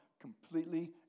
completely